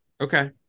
okay